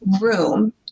room